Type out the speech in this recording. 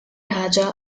ħaġa